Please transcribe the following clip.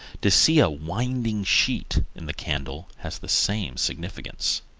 to see a winding-sheet in the candle has the same significance.